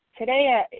Today